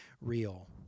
real